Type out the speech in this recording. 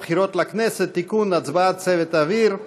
לכנסת (תיקון, הצבעת צוות אוויר),